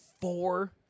four